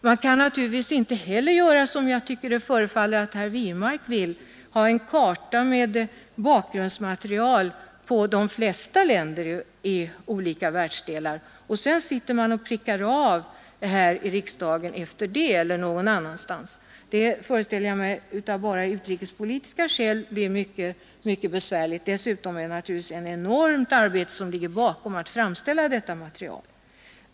Man kan naturligtvis inte heller göra som herr Wirmark tycks vilja, dvs. ha en karta med bakgrundsmaterial på de flesta länder i olika världsdelar och sedan i riksdagen eller någon annanstans pricka av efter det materialet. Jag föreställer mig att detta av enbart utrikespolitiska skäl skulle bli mycket besvärligt. Dessutom är det naturligtvis ett enormt arbete att framställa detta material.